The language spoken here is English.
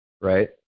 right